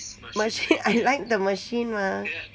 machine I like the machine mah